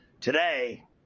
Today